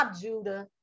Judah